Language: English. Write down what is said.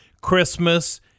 Christmas